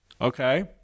Okay